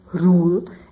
rule